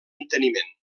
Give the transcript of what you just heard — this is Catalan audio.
enteniment